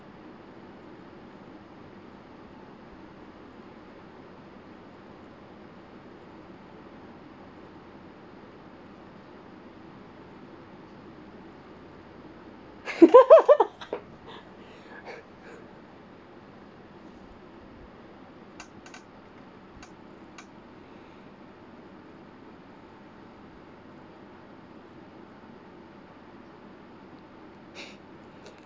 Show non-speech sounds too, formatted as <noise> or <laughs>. <laughs>